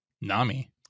NAMI